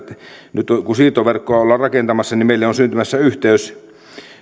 nyt kun siirtoverkkoa ollaan rakentamassa meille on syntymässä yhteys